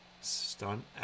Stunt